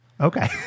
Okay